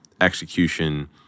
execution